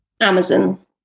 amazon